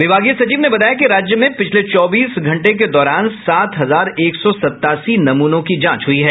विभागीय सचिव ने बताया कि राज्य में पिछले चौबीस घंटे के दौरान सात हजार एक सौ सतासी नमूनों की जांच हयी है